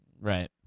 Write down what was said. Right